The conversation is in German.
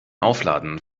aufladen